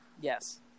yes